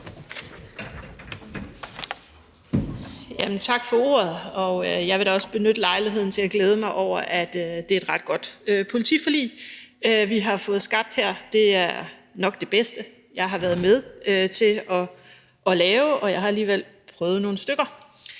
Tak for ordet. Jeg vil da også benytte lejligheden til at glæde mig over, at det er et ret godt politiforlig, vi har fået skabt her. Det er nok det bedste, jeg har været med til at lave, og jeg har alligevel prøvet nogle stykker.